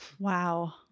Wow